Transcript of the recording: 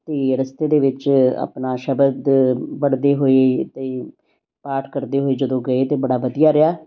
ਅਤੇ ਰਸਤੇ ਦੇ ਵਿੱਚ ਆਪਣਾ ਸ਼ਬਦ ਪੜ੍ਹਦੇ ਹੋਏ ਅਤੇ ਪਾਠ ਕਰਦੇ ਹੋਏ ਜਦੋਂ ਗਏ ਤਾਂ ਬੜਾ ਵਧੀਆ ਰਿਹਾ